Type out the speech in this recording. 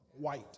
white